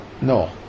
no